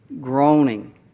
groaning